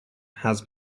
has